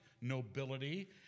nobility